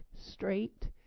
straight